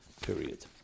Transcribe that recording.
period